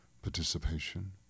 participation